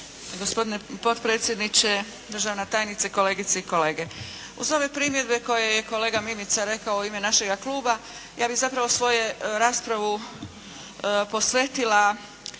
Gospodine potpredsjedniče, državna tajnice, kolegice i kolege. Uz ove primjedbe koje je kolega Mimica rekao u ime našega kluba, ja bih zapravo svoju raspravu posvetila